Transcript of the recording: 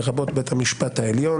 לרבות בית המשפט העליון